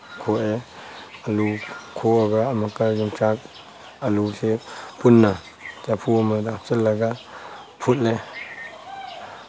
ꯈꯣꯛꯑꯦ ꯑꯂꯨ ꯈꯣꯛꯑꯒ ꯑꯃꯨꯛꯀ ꯌꯣꯡꯆꯥꯛ ꯑꯂꯨꯁꯦ ꯄꯨꯟꯅ ꯆꯐꯨ ꯑꯃꯗ ꯍꯥꯞꯆꯤꯟꯂꯒ ꯐꯨꯠꯂꯦ